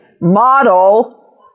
model